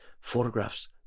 photographs